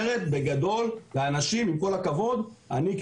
שבגדול אומרת לאנשים עם כל הכבוד: אני,